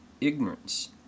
ignorance